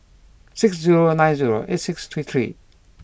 six zero nine zero eight six three three